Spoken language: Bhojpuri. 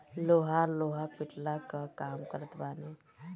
लोहार लोहा पिटला कअ काम करत बाने